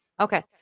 Okay